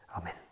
Amen